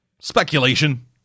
speculation